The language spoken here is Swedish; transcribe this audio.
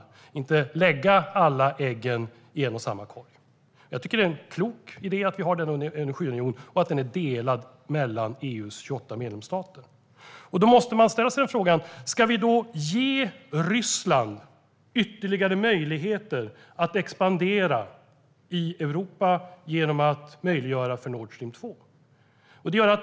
Vi ska inte lägga alla ägg i en och samma korg. Jag tycker att det är en klok idé att vi har energiunionen och att EU:s 28 medlemsstater står bakom den. Då måste man ställa sig frågan: Ska vi ge Ryssland ytterligare möjligheter att expandera i Europa genom att möjliggöra för Nord Stream 2?